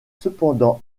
cependant